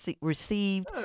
received